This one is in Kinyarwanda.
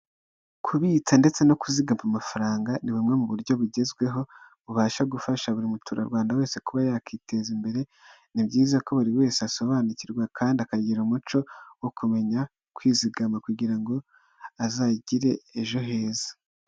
Kubitsa ndetse no kuzigama amafaranga ni bumwe mu buryo bugezweho bubasha gufasha buri muturarwanda wese kuba yakiteza imbere, ni byiza ko buri wese asobanukirwa kandi akagira umuco wo kumenya kwizigama kugira ngo azagire ejo heza.